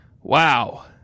Wow